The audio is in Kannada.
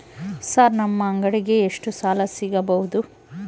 ಸರ್ ನಮ್ಮ ಅಂಗಡಿಗೆ ಎಷ್ಟು ಸಾಲ ಸಿಗಬಹುದು?